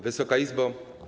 Wysoka Izbo!